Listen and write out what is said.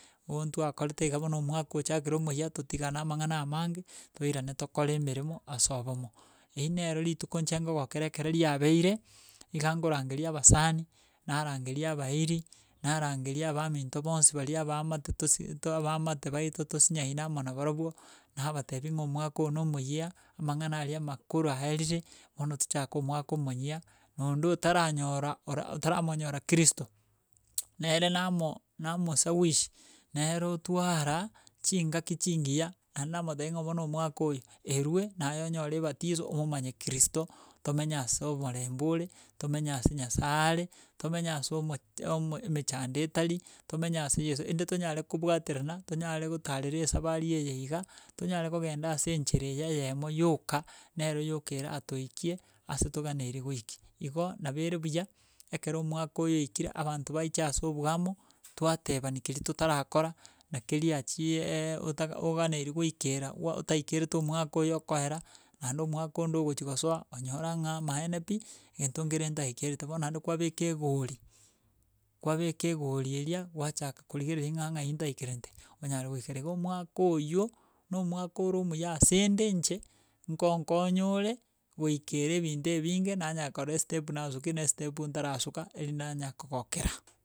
Igo ntwakorete iga bono omwaka ochakire ore omuya totigane amang'ana amange, toirane tokore oemeremo ase obomo eyi nero rituko inche ngokoera ekero riabeire, iga ngorangeria abasani, narangeria abairi narangeria abaminto bonsi baria abaamate tosi to abaamate baito tosinyaine amo nabarobwo, nabatebia ng'a omwako oyo nomoiya, amang'ana aria amakoro aerire, bono tochake omwaka omonyia, na onde otaranyora ora otaramonyora kristo nere namo namosawishi, nere otwara, chingaki chingiya aende nabotebia ng'a bono omwaka oyo, erwe naye onyore batizo omomanye kristo tomenye ase oborembe ore tomenye ase nyasae are, tomenye ase omo emechando etari, tomenye ase yeso, ende tonyare gobwaterana tonyare gotarera esabari eye iga, tonyare kogenda ase enchera eya eyemo yoka, nero yoka eratoikie ase toganeira goiki. Igo nabo ere buya ekero omwako oyo oikire abanto baiche ase oboamo twatebani keria totarakora, na keria achieee otaka oganeiri goikera gwa otaikerete omwaka oyo okoera naende omwaka onde ogochi gosoa onyora ng'a amaene pi egento nkere ntaikeirete bono naende kwabeka egori, kwabeka egori eria gwachaka korigereria ng'a ng'ai ntaikerente, onyare goikera igo omwaka oywo, na omwaka ore omuya ase nde inche ngonkonya ore goikera ebinto ebinge nanyara korora estepu nasukire na estepu ntarasuka eri nanye kogokera.